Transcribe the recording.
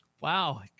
Wow